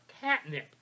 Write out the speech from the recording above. catnip